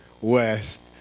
west